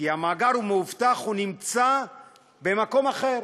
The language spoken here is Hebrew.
כי המאגר מאובטח, הוא נמצא במקום אחר,